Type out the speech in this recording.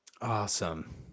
Awesome